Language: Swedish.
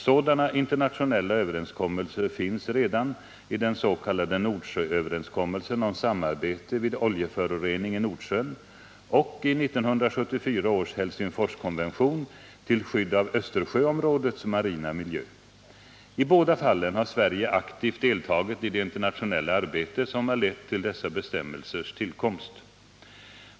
Sådana internationella överenskommelser finns redan i den s.k. Nordsjööverenskommelsen om samarbete vid oljeförorening i Nordsjön och i 1974 års Helsingforskonvention om skydd av Östersjöområdets marina miljö. I båda fallen har Sverige aktivt deltagit i det internationella arbete som har lett till dessa bestämmelsers tillkomst.